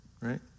right